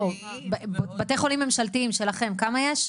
לא, בתי חולים ממשלתיים שלכם כמה יש?